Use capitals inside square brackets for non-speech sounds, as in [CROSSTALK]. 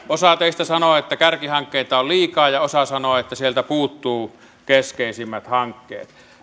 [UNINTELLIGIBLE] osa teistä sanoo että kärkihankkeita on liikaa ja osa sanoo että sieltä puuttuvat keskeisimmät hankkeet